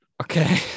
okay